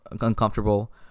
uncomfortable